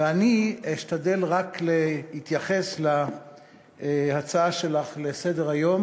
ואני אשתדל רק להתייחס להצעה שלך לסדר-היום